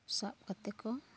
ᱥᱟᱵ ᱠᱟᱛᱮ ᱠᱚ